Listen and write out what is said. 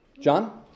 John